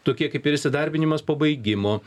tokie kaip ir įsidarbinimas pabaigimo